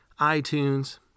iTunes